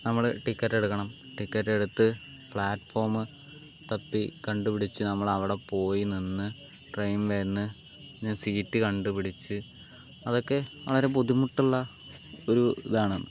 നമ്മൾ ടിക്കറ്റ് എടുക്കണം ടിക്കറ്റ് എടുത്ത് പ്ലാറ്റ്ഫോം തപ്പി കണ്ടുപിടിച്ച് നമ്മൾ അവിടെ പോയി നിന്ന് ട്രെയിൻ വന്ന് സീറ്റ് കണ്ടുപിടിച്ച് അതൊക്കെ വളരെ ബുദ്ധിമുട്ടുള്ള ഒരു ഇതാണ്